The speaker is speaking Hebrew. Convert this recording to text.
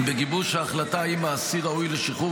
בגיבוש ההחלטה אם האסיר ראוי לשחרור